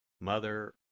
Mother